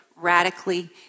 radically